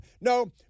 no